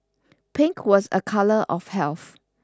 pink was a colour of health